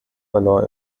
verlor